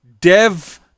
dev